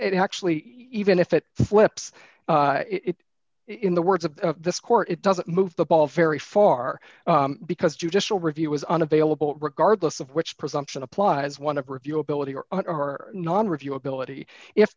actually even if it slips it in the words of this court it doesn't move the ball very far because judicial review was unavailable regardless of which presumption applies one of review ability or non review ability if